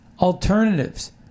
Alternatives